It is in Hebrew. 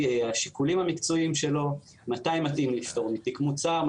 השיקולים המקצועיים שלו מתי מתאים לפטור מתיק מוצר,